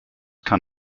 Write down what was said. can